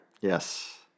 Yes